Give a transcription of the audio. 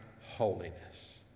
holiness